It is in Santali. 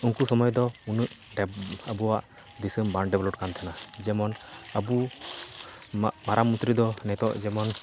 ᱩᱱᱠᱩ ᱥᱚᱢᱚᱭ ᱫᱚ ᱩᱱᱟᱹᱜ ᱟᱵᱚᱣᱟᱜ ᱫᱤᱥᱚᱢ ᱵᱟᱝ ᱰᱮᱵᱷᱚᱞᱚᱯ ᱠᱟᱱ ᱛᱟᱦᱮᱱᱟ ᱡᱮᱢᱚᱱ ᱟᱵᱚ ᱢᱟᱨᱟᱝ ᱢᱚᱱᱛᱨᱤᱫᱚ ᱱᱤᱛᱚᱜ ᱡᱮᱢᱚᱱ